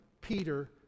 Peter